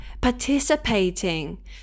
participating